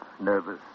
nervous